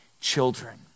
children